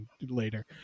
later